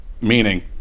meaning